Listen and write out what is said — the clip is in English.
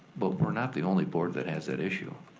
but we're not the only board that has that issue.